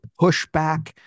pushback